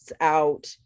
out